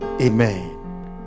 amen